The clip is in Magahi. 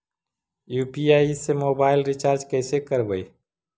यु.पी.आई से मोबाईल रिचार्ज कैसे करबइ?